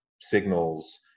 signals